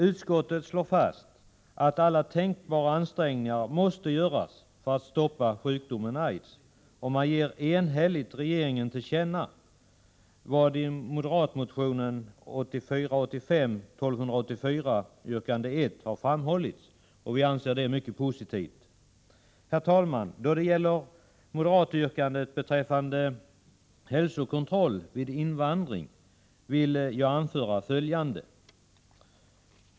Utskottet slår fast att alla tänkbara ansträngningar måste göras för att stoppa sjukdomen AIDS, och man vill enhälligt ge regeringen till känna vad i moderatmotionen 1984/85:1284, yrkande 1, har framhållits. Vi anser detta mycket positivt. Herr talman! Då det gäller moderatyrkandet beträffande hälsokontroll vid invandring vill jag anföra följande.